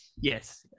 Yes